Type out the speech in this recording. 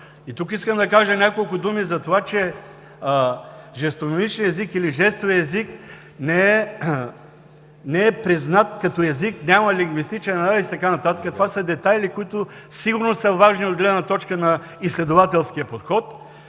И тук искам да кажа няколко думи за това, че жестомимичният език, или жестовият език не е признат като език, няма лингвистичен анализ и така нататък. Това са детайли, които сигурно са важни от гледна точка на изследователския подход,